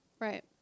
Right